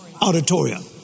auditorium